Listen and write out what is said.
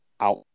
out